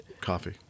coffee